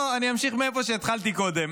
לא, אני אמשיך מאיפה שהתחלתי קודם.